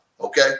Okay